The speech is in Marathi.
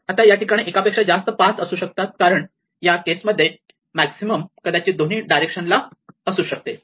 आता या ठिकाणी एकापेक्षा जास्त पाथ असू शकतात कारण या केस मध्ये मॅक्सिमम कदाचित दोन्ही डायरेक्शन ला असू शकतो